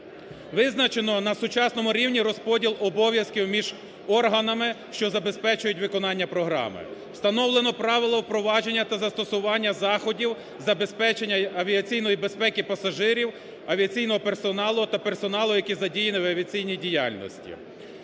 Визначено на сучасному рівні розподіл обов'язків між органами, що забезпечують виконання програми. Встановлено правило впровадження та застосування заходів забезпечення авіаційної безпеки пасажирів, авіаційного персоналу та персоналу, який задіяний в авіаційній діяльності.